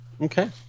Okay